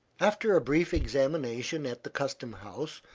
after a brief examination at the custom-house,